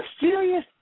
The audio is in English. serious